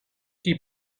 qui